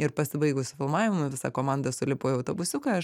ir pasibaigus filmavimui visa komanda sulipo į autobusiuką aš